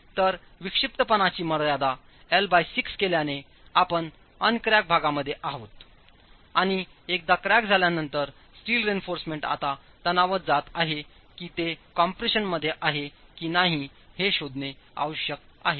तर विक्षिप्तपणाची मर्यादा एल6 केल्याने आपण अन क्रॅक भागामध्ये आहात आणि एकदा क्रॅक झाल्यानंतर स्टील रेइन्फॉर्समेंट आता तणावात जात आहे की ते कम्प्रेशनमध्ये आहे की नाही हे शोधणे आवश्यक आहे